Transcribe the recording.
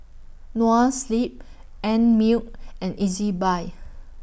Noa Sleep Einmilk and Ezbuy